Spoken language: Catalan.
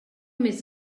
més